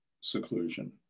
seclusion